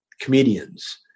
comedians